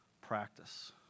practice